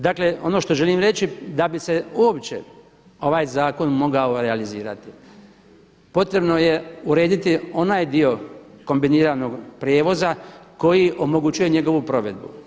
Dakle ono što želim reći, da bi se uopće ovaj zakon mogao realizirati potrebno je urediti onaj dio kombiniranog prijevoza koji omogućuje njegovu provedbu.